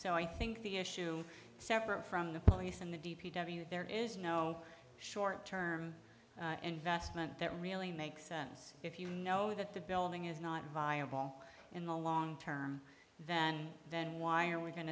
so i think the issue separate from the police and the d p w there is no short term investment that really makes sense if you know that the building is not viable in the long term than then why are we going